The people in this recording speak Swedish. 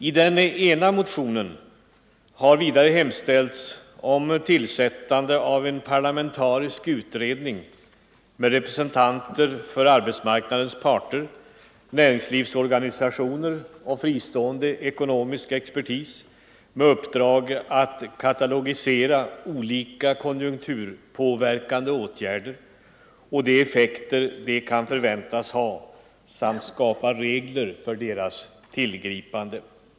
I den ena motionen har vidare hemställts om tillsättande av en parlamentarisk utredning med representanter för arbetsmarknadens parter, näringslivsorganisationer och fristående ekonomisk expertis med uppdrag att katalogisera olika konjunkturpåverkande åtgärder och de effekter dessa kan förväntas ha samt skapa regler för deras tillgripande.